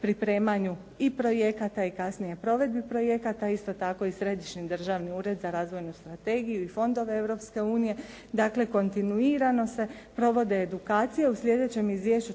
pripremanju i projekata i kasnije i provedbi projekata, isto tako i Središnji državni ured za razvojnu strategiju i fondove Europske unije. Dakle, kontinuirano se provode edukacije. U slijedećem izvješću